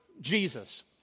Jesus